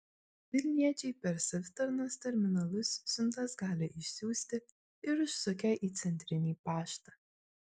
vilniečiai per savitarnos terminalus siuntas gali išsiųsti ir užsukę į centrinį paštą